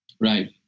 Right